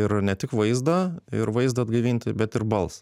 ir ne tik vaizdą ir vaizdą atgaivinti bet ir balsą